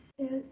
Yes